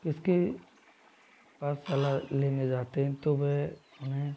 किसके पास सलाह लेने जाते हैं तो वे उन्हें